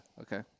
okay